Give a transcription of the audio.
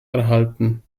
erhalten